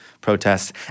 protests